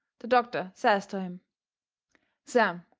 the doctor says to him sam,